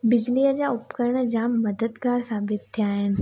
बिजलीअ जा उपकरण जाम मददगार साबित थिया आहिनि